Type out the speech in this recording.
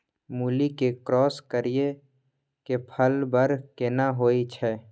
मूली के क्रॉस करिये के फल बर केना होय छै?